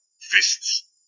fists